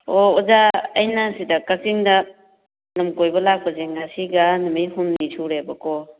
ꯑꯣ ꯑꯣꯖꯥ ꯑꯩꯅ ꯁꯤꯗ ꯀꯥꯛꯆꯤꯡꯗ ꯂꯝ ꯀꯣꯏꯕ ꯂꯥꯛꯄꯁꯦ ꯉꯁꯤꯒ ꯅꯨꯃꯤꯠ ꯍꯨꯝꯅꯤ ꯁꯨꯔꯦꯕꯀꯣ